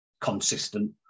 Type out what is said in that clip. consistent